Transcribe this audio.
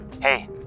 Hey